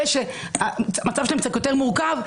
אלה שהמצב שלהם קצת יותר מורכב,